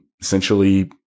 essentially